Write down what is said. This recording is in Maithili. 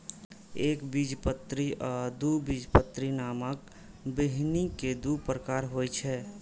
एकबीजपत्री आ द्विबीजपत्री नामक बीहनि के दूटा प्रकार होइ छै